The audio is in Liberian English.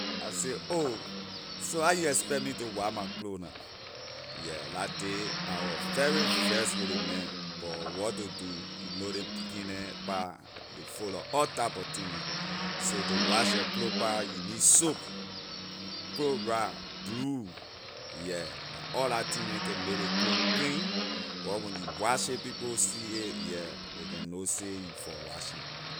I say oh so how you expect me to wash my clothes na yeah la day I wor very vex with ley man but wor to do you know ley pekin neh pah ley fullor all type of thing neh so to wash your clothes pah you need soap chloride blue yeah la all la thing neh can make ley clothes clean wor when you wash it people see it yeah ley can know say you from washing.